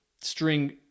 string